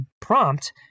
prompt